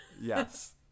Yes